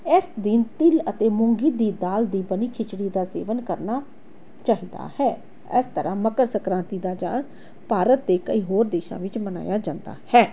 ਇਸ ਦਿਨ ਤਿਲ਼ ਅਤੇ ਮੂੰਗੀ ਦੀ ਦਾਲ ਦੀ ਬਣੀ ਖਿਚੜੀ ਦਾ ਸੇਵਨ ਕਰਨਾ ਚਾਹੀਦਾ ਹੈ ਇਸ ਤਰ੍ਹਾਂ ਮਕਰ ਸੰਕ੍ਰਾਂਤੀ ਦਾ ਤਿਉਹਾਰ ਭਾਰਤ ਅਤੇ ਕਈ ਹੋਰ ਦੇਸ਼ਾਂ ਵਿੱਚ ਮਨਾਇਆ ਜਾਂਦਾ ਹੈ